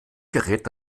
gerät